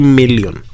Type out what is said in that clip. million